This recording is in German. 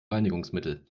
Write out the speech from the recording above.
reinigungsmittel